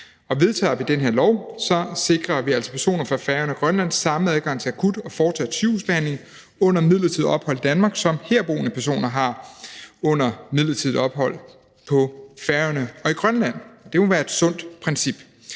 Vedtager vi det her lovforslag, sikrer vi altså personer fra Færøerne og Grønland samme adgang til akut og fortsat sygehusbehandling under midlertidigt ophold i Danmark, som herboende personer har under midlertidigt ophold på Færøerne og i Grønland. Det må være et sundt princip.